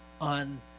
on